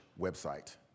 website